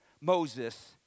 Moses